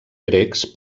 grecs